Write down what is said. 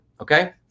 Okay